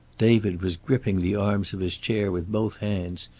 david was gripping the arms of his chair with both hands,